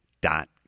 dot